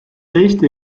eesti